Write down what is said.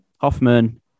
Hoffman